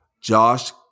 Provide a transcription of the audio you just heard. Josh